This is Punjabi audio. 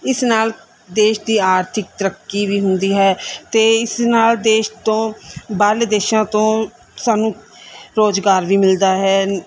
ਇਸ ਨਾਲ ਦੇਸ਼ ਦੀ ਆਰਥਿਕ ਤਰੱਕੀ ਵੀ ਹੁੰਦੀ ਹੈ ਅਤੇ ਇਸ ਨਾਲ ਦੇਸ਼ ਤੋਂ ਬਾਹਰਲੇ ਦੇਸ਼ਾਂ ਤੋਂ ਸਾਨੂੰ ਰੋਜ਼ਗਾਰ ਵੀ ਮਿਲਦਾ ਹੈ